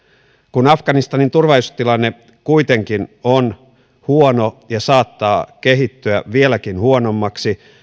kun afganistanin turvallisuustilanne kuitenkin on huono ja saattaa kehittyä vieläkin huonommaksi